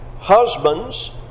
Husbands